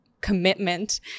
commitment